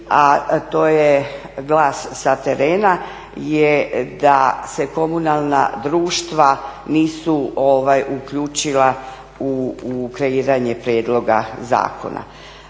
a to je glas sa terena je da se komunalna društva nisu uključila u kreiranje prijedloga zakona.